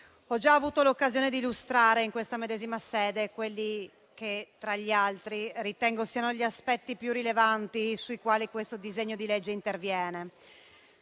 Ho già avuto l'occasione di illustrare in questa medesima sede quelli che, tra gli altri, ritengo siano gli aspetti più rilevanti sui quali questo disegno di legge interviene.